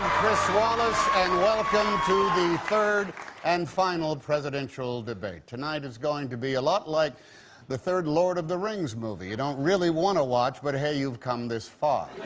chris wallace. and welcome to the third and final presidential debate. tonight is going to be a lot like the third lord of the rings movie. you don't really want to watch, but hey, you've come this far.